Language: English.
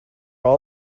all